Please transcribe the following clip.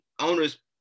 owners